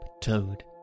Toad